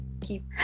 Keep